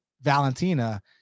valentina